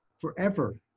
forever